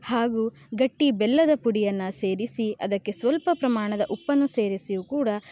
ಹಾಗೂ ಗಟ್ಟಿ ಬೆಲ್ಲದ ಪುಡಿಯನ್ನು ಸೇರಿಸಿ ಅದಕ್ಕೆ ಸ್ವಲ್ಪ ಪ್ರಮಾಣದ ಉಪ್ಪನ್ನು ಸೇರಿಸಿಯೂ ಕೂಡ